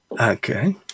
Okay